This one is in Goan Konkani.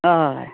हय